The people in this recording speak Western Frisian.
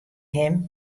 him